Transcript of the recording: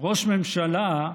"ראש הממשלה"